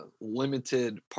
limited